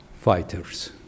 fighters